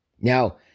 Now